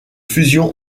fusion